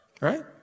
right